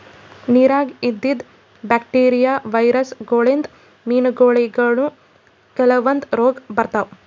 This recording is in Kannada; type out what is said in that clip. ನಿರಾಗ್ ಇದ್ದಿದ್ ಬ್ಯಾಕ್ಟೀರಿಯಾ, ವೈರಸ್ ಗೋಳಿನ್ದ್ ಮೀನಾಗೋಳಿಗನೂ ಕೆಲವಂದ್ ರೋಗ್ ಬರ್ತಾವ್